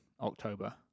October